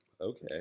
Okay